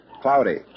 cloudy